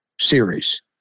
series